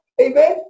Amen